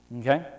Okay